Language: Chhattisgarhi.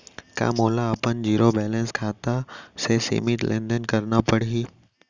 का मोला अपन जीरो बैलेंस खाता से सीमित लेनदेन करना पड़हि?